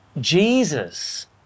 Jesus